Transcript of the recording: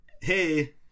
Hey